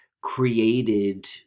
created